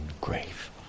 grave